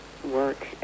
work